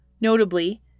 Notably